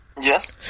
yes